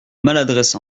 maladresse